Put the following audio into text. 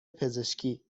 پزشکی